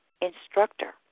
instructor